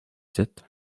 sept